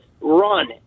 run